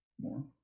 More